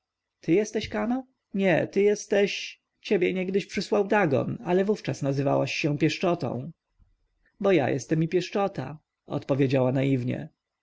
ty jesteś kama nie ty jesteś tak ciebie niegdyś przysłał dagon ale wówczas nazywałaś się pieszczotą bo ja jestem i pieszczota odpowiedziała naiwnie